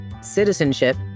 citizenship